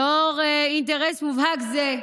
לאור אינטרס מובהק זה,